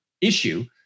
issue